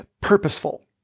purposeful